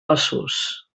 ossos